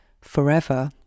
Forever